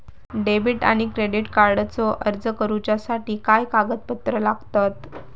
Debit आणि credit कार्डचो अर्ज करुच्यासाठी काय कागदपत्र लागतत?